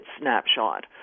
snapshot